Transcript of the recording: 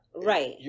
Right